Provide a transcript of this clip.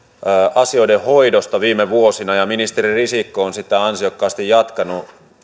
asioiden hoidosta viime vuosina ja ministeri risikko on sitä ansiokkaasti jatkanut